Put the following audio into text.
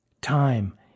Time